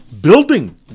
building